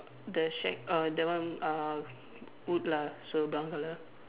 the shack uh that one uh wood lah so brown colour